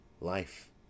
Life